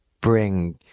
bring